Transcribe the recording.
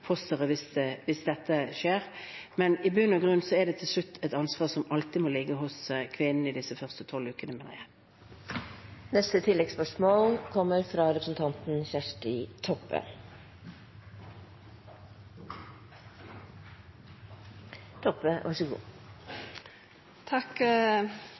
fosteret hvis dette skjer. Men i bunn og grunn er det til slutt et ansvar som alltid må ligge hos kvinnen i disse første tolv ukene, mener